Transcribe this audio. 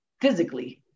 physically